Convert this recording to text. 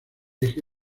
eje